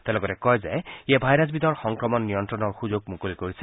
তেওঁ লগতে কয় যে ইয়ে ভাইৰাছবিধৰ সংক্ৰমণ নিয়ন্ত্ৰণৰ সুযোগ মুকলি কৰিছে